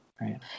right